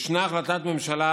ישנה החלטת ממשלה,